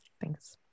thanks